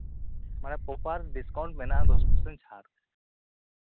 ᱢᱟᱱᱮ proper discount ᱢᱮᱱᱟᱜᱼᱟ ᱫᱚᱥ ᱯᱟᱨᱥᱮᱱᱴ ᱪᱷᱟᱲ